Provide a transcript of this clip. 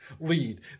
lead